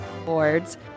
Awards